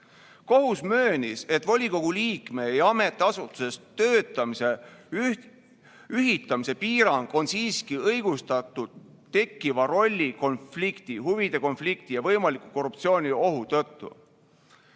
"Kohus möönis, et volikogu liikme ja ametiasutuses töötamise ühitamise piirang on siiski õigustatud tekkiva rolli konflikti, huvide konflikti ja võimaliku korruptsiooniohu tõttu.